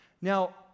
Now